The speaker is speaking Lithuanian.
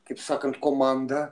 kaip sakant komanda